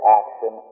action